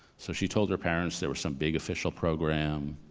so, she told her parents there was some big official program,